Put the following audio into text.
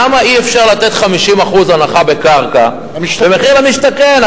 למה אי-אפשר לתת 50% הנחה בקרקע במחיר למשתכן?